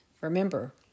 Remember